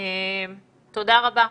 תודה רבה.